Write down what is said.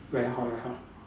very hot ah hot